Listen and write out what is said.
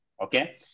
Okay